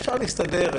אפשר להסתדר.